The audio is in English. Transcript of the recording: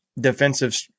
defensive